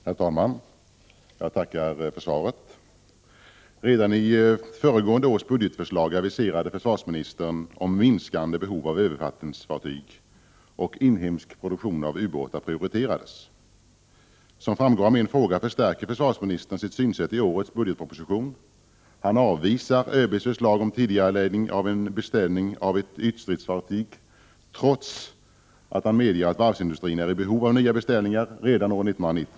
Herr talman! Jag tackar för svaret på min fråga. Redan i föregående års budgetförslag aviserade försvarsministern ett minskat behov av övervattensfartyg och att en inhemsk produktion av ubåtar prioriterades. Som framgår av min fråga förstärker försvarsministern sin hållning i årets budgetproposition. Han avvisar ÖB:s förslag om tidigareläggning av en beställning av ett ytstridsfartyg, trots att han medger att varvsindustrin redan år 1990 är i behov av nya beställningar.